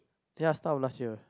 ya start of last year